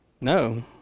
No